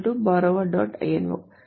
lno